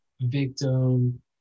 victim